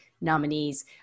nominee's